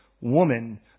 woman